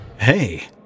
Hey